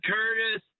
Curtis